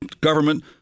government